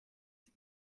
sie